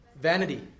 Vanity